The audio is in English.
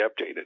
updated